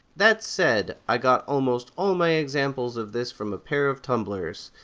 that said, i got almost all my examples of this from a pair of tumblrs,